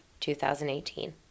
2018